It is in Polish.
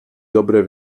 dobre